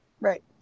right